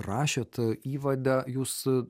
rašėt įvade jūs